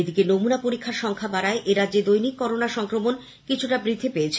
এদিকে নমুনা পরীক্ষার সংখ্যা বাড়ায় রাজ্যে দৈনিক করোনা সংক্রমণও কিছুটা বেড়েছে